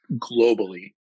globally